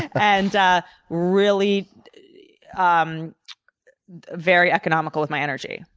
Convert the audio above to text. and really um very economical with my energy,